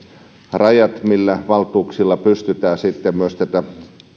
rajat millä valtuuksilla pystytään sitten tätä